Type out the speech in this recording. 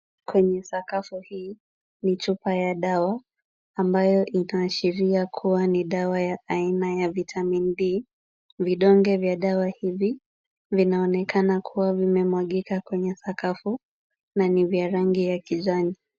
Kwenye sakafu hii ni chupa ya dawa ambayo inaashiria kuwa ni dawa ya aina ya vitamin D. Vidonge vya dawa hii vinaonekana kuwa vimemwagika kwenye sakafu na ni vya rangi ya kijani.